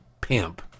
pimp